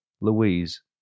Louise